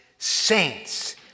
saints